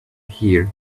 hear